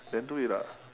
then do it lah